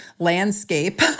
Landscape